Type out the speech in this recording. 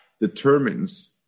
determines